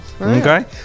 okay